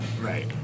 Right